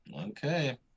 Okay